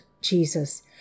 Jesus